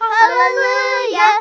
Hallelujah